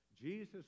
Jesus